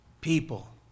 people